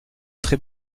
très